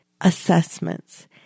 assessments